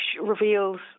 reveals